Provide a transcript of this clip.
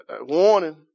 warning